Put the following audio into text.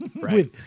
Right